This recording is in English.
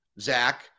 Zach